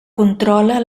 controla